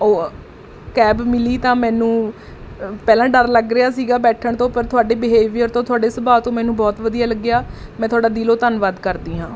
ਉਹ ਕੈਬ ਮਿਲੀ ਤਾਂ ਮੈਨੂੰ ਪਹਿਲਾਂ ਡਰ ਲੱਗ ਰਿਹਾ ਸੀਗਾ ਬੈਠਣ ਤੋਂ ਪਰ ਤੁਹਾਡੇ ਬਿਹੇਵੀਅਰ ਤੋਂ ਤੁਹਾਡੇ ਸੁਭਾਅ ਤੋਂ ਮੈਨੂੰ ਬਹੁਤ ਵਧੀਆ ਲੱਗਿਆ ਮੈਂ ਤੁਹਾਡਾ ਦਿਲੋਂ ਧੰਨਵਾਦ ਕਰਦੀ ਹਾਂ